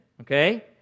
okay